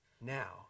Now